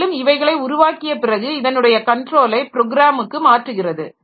மேலும் இவைகளை உருவாக்கிய பிறகு இதனுடைய கண்ட்ரோலை ப்ரோக்ராமுக்கு மாற்றுகிறது